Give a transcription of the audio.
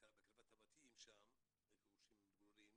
בקרבת הבתים, היכן שהם מתגוררים,